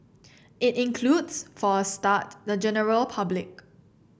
it includes for a start the general public